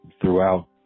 throughout